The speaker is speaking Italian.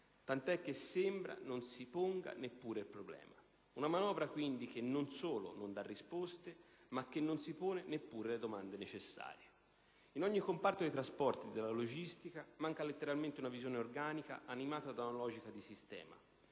tant'è che sembra non si ponga neppure il problema. Questa quindi è una manovra che non solo non dà risposte, ma che non si pone neppure le domande necessarie. In ogni comparto dei trasporti e della logistica, manca letteralmente una visione organica animata da una logica di sistema.